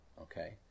okay